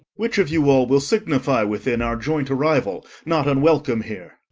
which of you all will signify within our joint arrival not unwelcome here.